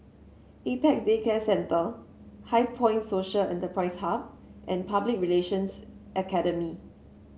Apex Day Care Centre HighPoint Social Enterprise Hub and Public Relations Academy